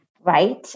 Right